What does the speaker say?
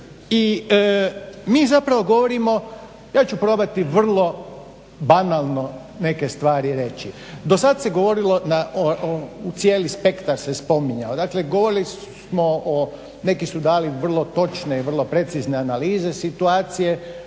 i mi zapravo govorimo, ja ću probati vrlo banalno neke stvari reći. Dosad se govorilo, cijeli spektar se spominjao, dakle govorili smo o, neki su dali vrlo točne i vrlo precizne analize situacije,